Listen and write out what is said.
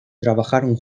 trabajaron